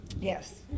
Yes